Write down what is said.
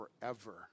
forever